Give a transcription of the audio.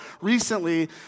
recently